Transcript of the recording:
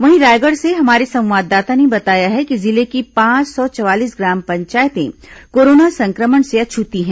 वहीं रायगढ़ से हमारे संवाददाता ने बताया है कि जिले की पांच सौ चवालीस ग्राम पंचायतें कोरोना संक्रमण से अछूती हैं